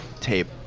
tape